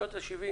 בשנות ה-70